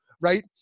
right